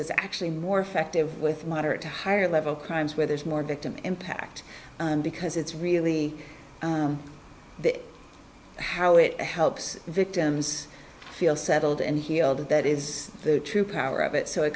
it's actually more effective with moderate to higher level crimes where there's more victim impact because it's really the how it helps victims feel settled and healed that is the true power of it so i